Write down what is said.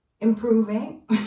improving